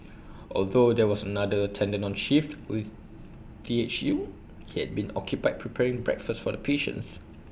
although there was another attendant on shift with T H U he had been occupied preparing breakfast for the patients